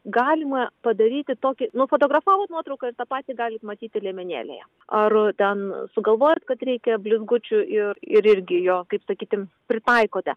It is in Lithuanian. galima padaryti tokį nufotografavot nuotrauką ir tą patį galit matyti liemenėlėje ar ten sugalvojot kad reikia blizgučių ir ir irgi jo kaip sakykim pritaikote